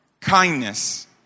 kindness